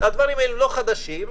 הדברים הללו לא חדשים,